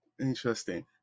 Interesting